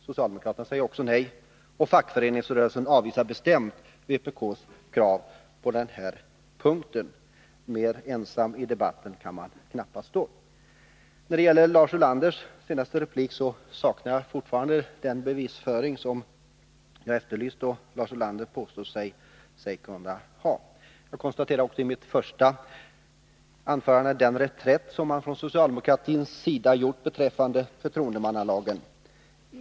Socialdemokraterna säger också nej, och fackföreningsrörelsen avvisar bestämt vpk:s krav på denna punkt. Mer ensam i debatten kan man knappast stå. I Lars Ulanders senaste replik saknar jag fortfarande de bevis som jag efterlyste och som Lars Ulander påstår sig ha. Jag konstaterade också i mitt första anförande den reträtt som man gjort från socialdemokratins sida beträffande förtroendemannalagen.